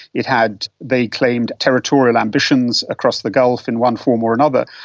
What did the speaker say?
it had, they claimed, territorial ambitions across the gulf in one form or another.